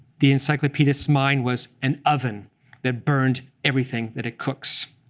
the encyclopedist's mind was an oven that burned everything that it cooks.